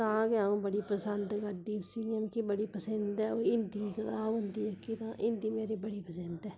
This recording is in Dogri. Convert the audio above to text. तां गै अ'ऊं बड़ी पसंद करदी ही उसी क्युंकि बड़ी पसंद ऐ हिंदी दी कताब होंदी जेह्की तां हिंदी मेरी बड़ी पसंद ऐ